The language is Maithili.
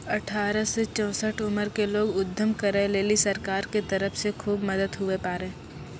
अठारह से चौसठ उमर के लोग उद्यम करै लेली सरकार के तरफ से खुब मदद हुवै पारै